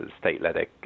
state-led